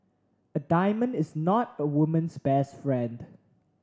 a diamond is not a woman's best friend